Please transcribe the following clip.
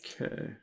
Okay